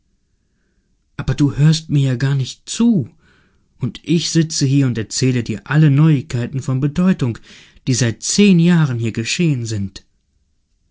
aber du hörst mir ja gar nicht zu und ich sitze hier und erzähle dir alle neuigkeiten von bedeutung die seit zehn jahren hier geschehen sind er